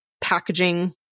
packaging